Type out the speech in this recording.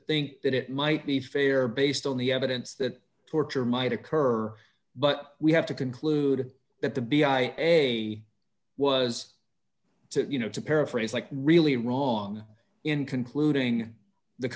think that it might be fair based on the evidence that torture might occur but we have to conclude that the b i a was to you know to paraphrase like really wrong in concluding the